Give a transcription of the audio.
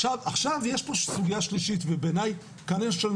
עכשיו יש פה סוגייה שלישית ובעיניי כאן יש לנו